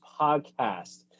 podcast